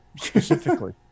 specifically